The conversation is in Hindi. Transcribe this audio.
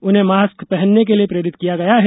उन्हें मास्क पहनने के लिए प्रेरित किया गया है